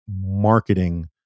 marketing